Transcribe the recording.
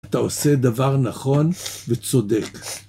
אתה עושה דבר נכון וצודק.